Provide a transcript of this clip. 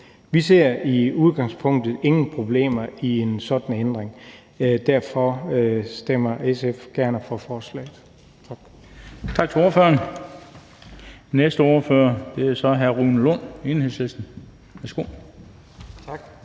Vi ser i udgangspunktet ingen problemer i en sådan ændring, og derfor stemmer SF gerne for forslaget.